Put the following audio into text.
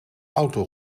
auto